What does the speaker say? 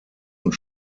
und